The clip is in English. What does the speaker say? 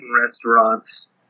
restaurants